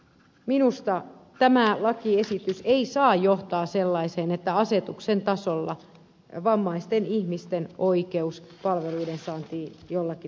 minusta tämä lakiesitys ei saa johtaa sellaiseen että asetuksen tasolla vammaisten ihmisten oikeus palveluiden saantiin jollakin tavalla heikentyy